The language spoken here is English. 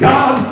God